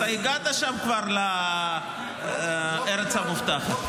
הגעת שם כבר לארץ המובטחת.